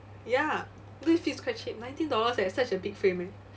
ya don't you feel it's quite cheap nineteen dollars eh such a big frame eh